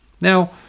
Now